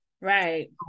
Right